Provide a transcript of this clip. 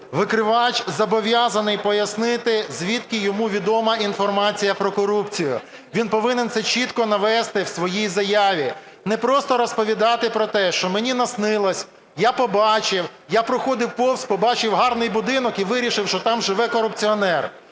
Викривач зобов'язаний пояснити, звідки йому відома інформація про корупцію. Він повинен це чітко навести в своїй заяві. Не просто розповідати про те, що мені наснилося, я побачив, я проходив повз, побачив гарний будинок і вирішив, що там живе корупціонер.